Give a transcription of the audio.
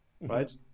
right